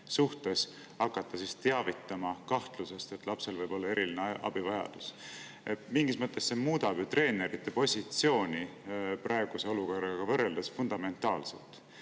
[kes hakkaksid] teavitama kahtlusest, et lapsel võib olla eriline abivajadus? Mingis mõttes muudab see treenerite positsiooni praeguse olukorraga võrreldes fundamentaalselt: